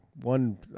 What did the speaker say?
One